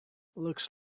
looks